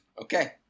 Okay